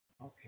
Okay